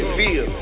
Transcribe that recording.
feel